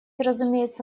разумеется